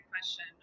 question